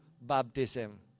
baptism